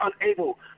unable